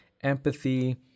empathy